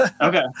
okay